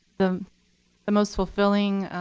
the the most fulfilling